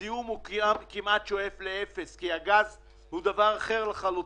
הזיהום כמעט שואף לאפס כי הגז הוא דבר אחר לחלוטין,